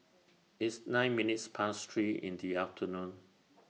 its nine minutes Past three in The afternoon